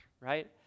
right